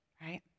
right